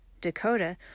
Dakota